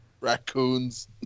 Raccoons